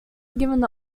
given